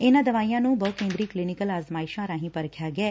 ਇਨੂਾ ਦਵਾਈਆਂ ਨੂੰ ਬਹੁ ਕੇਦਰੀ ਕਲੀਨਿਕਲ ਆਜਮਾਇਸ਼ਾਂ ਰਾਹੀ ਪਰਖਿਆ ਗਿਐ